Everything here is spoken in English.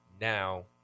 now